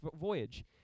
voyage